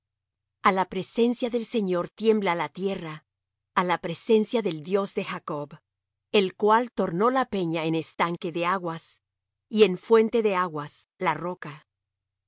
a la presencia del señor tiembla la tierra a la presencia del dios de jacob el cual tornó la peña en estanque de aguas y en fuente de aguas la roca